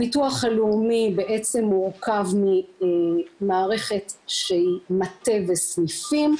הביטוח הלאומי מורכב ממערכת שהיא מטה וסניפים,